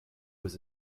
was